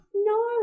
No